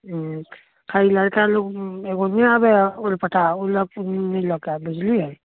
खाली लड़का लोग एगो नहि आबैत है उलपटाह ओ लोगके नहि लऽ के आएब बुझलियै